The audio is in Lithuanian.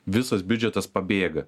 visas biudžetas pabėga